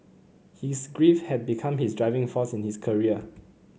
his grief had become his driving force in his career